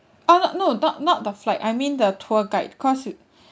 oh no no not the flight I mean the tour guide because you